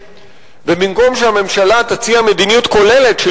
ובמקום שהממשלה תציע מדיניות כוללת של